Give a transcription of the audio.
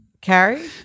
Carrie